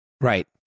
Right